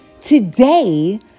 today